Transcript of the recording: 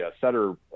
setter